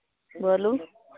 बोलू